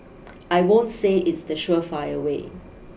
I won't say it's the surefire way